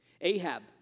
Ahab